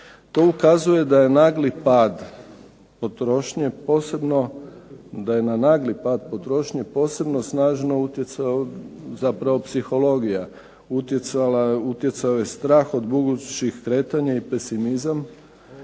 To ukazuje da je na nagli pad potrošnje posebno snažno utjecala zapravo psihologija, utjecao je strah od budućih kretanja i pesimizam